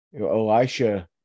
Elisha